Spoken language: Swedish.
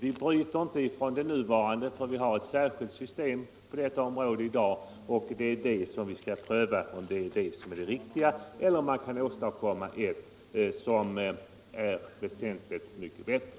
Vi har nu särskilda lagervärderingsregler för jordbruket, och vad vi önskar få prövat är huruvida man kan åstadkomma regler som är väsentligt mycket bättre.